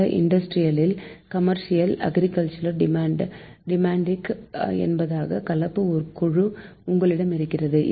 சில industrial commercial agriculture domestic என்பதான கலப்பு குழு உங்களிடம் இருக்கிறது